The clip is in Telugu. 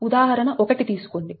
ఉదాహరణ 1 తీసుకోండి